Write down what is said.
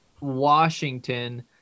Washington